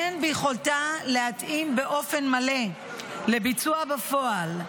אין ביכולתה להתאים באופן מלא לביצוע בפועל.